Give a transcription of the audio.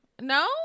No